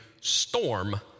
storm